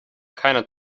keiner